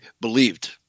believed